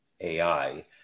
AI